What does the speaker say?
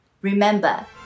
Remember